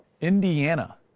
Indiana